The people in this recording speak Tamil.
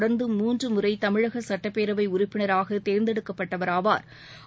தொடர்ந்து மூன்று முறை தமிழக சுட்டப்பேரவை உறுப்பினராக தேர்ந்தெடுக்கப்பட்டவர் ஆவா்